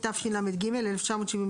התשל"ג-1973